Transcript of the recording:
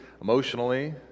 emotionally